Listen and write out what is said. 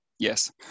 Yes